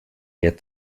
der